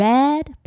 Red